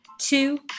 Two